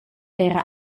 era